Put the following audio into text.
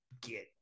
get